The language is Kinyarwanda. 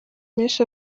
menshi